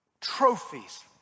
trophies